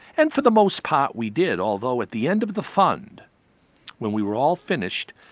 and for the most part we did, although at the end of the fund when we were all finished,